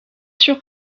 sur